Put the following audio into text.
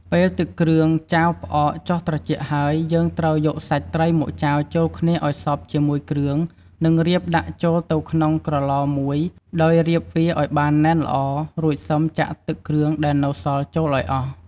ពេលទឹកគ្រឿងចាវផ្អកចុះត្រជាក់ហើយ យើងត្រូវយកសាច់ត្រីមកចាវចូលគ្នាឱ្យសព្វជាមួយគ្រឿង និងរៀបដាក់ចូលទៅក្នុងក្រឡមួយ ដោយរៀបវាឱ្យបានណែនល្អ រួចសឹមចាក់ទឹកគ្រឿងដែលនៅសល់ចូលឱ្យអស់។